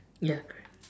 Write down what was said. ya correct